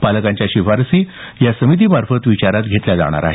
पालकांच्या शिफारशी या समिती मार्फत विचारात घेतल्या जाणार आहेत